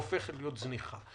הופכת להיות זניחה.